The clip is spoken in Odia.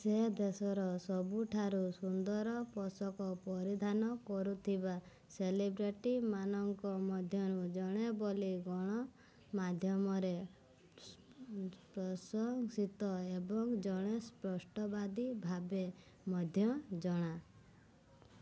ସେ ଦେଶର ସବୁଠାରୁ ସୁନ୍ଦର ପୋଷାକ ପରିଧାନ କରୁଥିବା ସେଲିବ୍ରିଟିମାନଙ୍କ ମଧ୍ୟରୁ ଜଣେ ବୋଲି ଗଣମାଧ୍ୟମରେ ପ୍ରଶଂସିତ ଏବଂ ଜଣେ ସ୍ପଷ୍ଟବାଦୀ ଭାବେ ମଧ୍ୟ ଜଣା